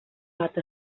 gat